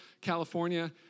California